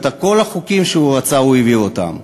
כל החוקים שהוא רצה, הוא העביר אותם.